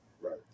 Right